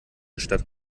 statt